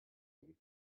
him